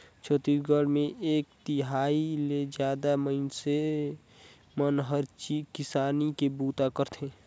छत्तीसगढ़ मे एक तिहाई ले जादा मइनसे मन हर किसानी के बूता करथे